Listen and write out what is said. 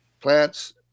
Plants